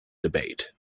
debate